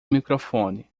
microfone